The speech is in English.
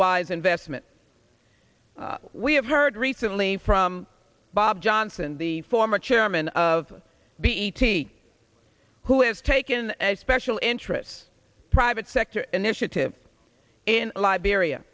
wise investment we have heard recently from bob johnson the former chairman of bt who has taken a special interests private sector initiative in liberia